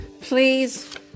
please